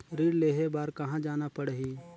ऋण लेहे बार कहा जाना पड़ही?